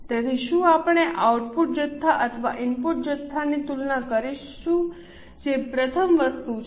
તેથી શું આપણે આઉટપુટ જથ્થા અથવા ઇનપુટ જથ્થાની તુલના કરીશું જે પ્રથમ વસ્તુ છે